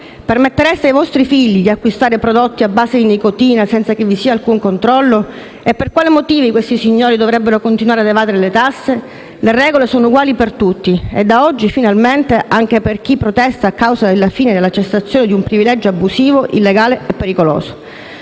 Permettereste ai vostri figli di acquistare prodotti a base di nicotina senza che vi sia alcun controllo? E per quale motivo questi signori dovrebbero continuare ad evadere le tasse? Le regole sono uguali per tutti. E da oggi, finalmente, anche per chi protesta a causa della cessazione di un privilegio abusivo, illegale e pericoloso.